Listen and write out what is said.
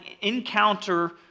encounter